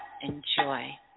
enjoy